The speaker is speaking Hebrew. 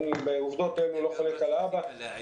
ואני לא חולק על העובדות: